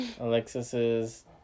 alexis's